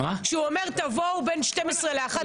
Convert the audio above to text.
שהוא אומר "תבואו בין 12 ל-1".